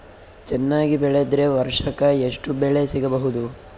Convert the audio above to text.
ಚೆನ್ನಾಗಿ ಬೆಳೆದ್ರೆ ವರ್ಷಕ ಎಷ್ಟು ಬೆಳೆ ಸಿಗಬಹುದು?